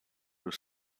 was